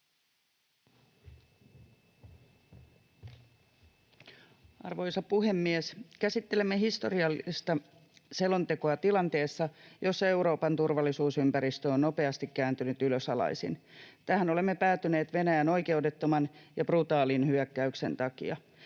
Arvoisa puhemies! Käsittelemme historiallista selontekoa tilanteessa, jossa Euroopan turvallisuusympäristö on nopeasti kääntynyt ylösalaisin. Tähän olemme päätyneet Venäjän oikeudettoman ja brutaalin hyökkäyksen takia.